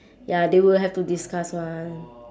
ya they would have to discuss [one]